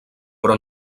però